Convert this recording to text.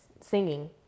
singing